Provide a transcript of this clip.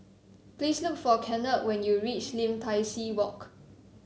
please look for Kennard when you reach Lim Tai See Walk